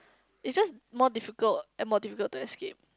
is just more difficult and more difficult to escape